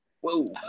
Whoa